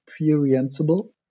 experienceable